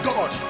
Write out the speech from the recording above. God